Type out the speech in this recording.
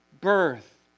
birth